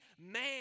man